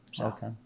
Okay